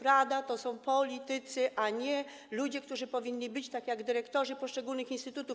Rada to są politycy, a nie ludzie, którzy powinni być, tacy jak dyrektorzy poszczególnych instytutów.